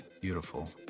Beautiful